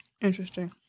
Interesting